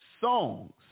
Songs